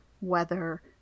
weather